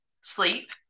sleep